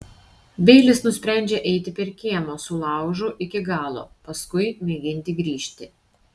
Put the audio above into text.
beilis nusprendžia eiti per kiemą su laužu iki galo paskui mėginti grįžti